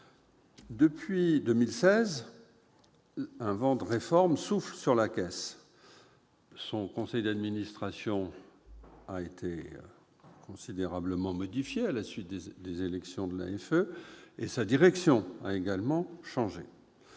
Depuis 2016, un vent de réforme souffle sur la Caisse. Son conseil d'administration a été considérablement modifié à la suite des élections de l'AFE, et sa direction a également changé.